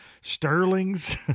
Sterling's